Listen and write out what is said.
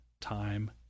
time